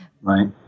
right